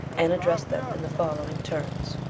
and addressed them in the following terms